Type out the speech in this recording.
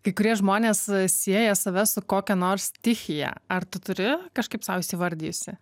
kai kurie žmonės sieja save su kokia nors stichija ar tu turi kažkaip sau įsivardijusi